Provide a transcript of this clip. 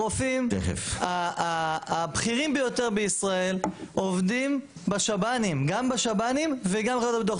הרופאים הבכירים ביותר בישראל עובדים גם בשב"נים וגם בחברות הביטוח.